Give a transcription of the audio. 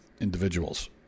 individuals